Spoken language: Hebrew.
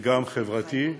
וגם חברתי,